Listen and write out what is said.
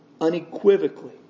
unequivocally